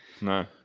No